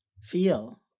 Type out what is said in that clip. feel